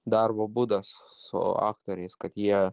darbo būdas su aktoriais kad jie